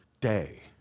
day